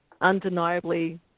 undeniably